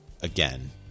again